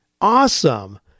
Awesome